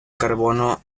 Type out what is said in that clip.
carbono